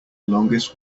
longest